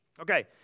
Okay